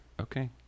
okay